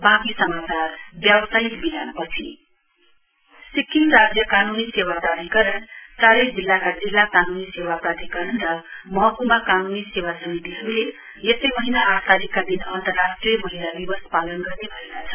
legal service विक सिक्किम राज्य कान्नी सेवा प्राधिकरण चारै जिल्लाका जिल्ला कान्नी सेवा प्राधिकरण र महक्मा कान्नी सेवा समितिहरूले यसै महिना आठ तारीकका दिन अन्तराष्ट्रिय महिला दिवस पालन गर्ने भएको छ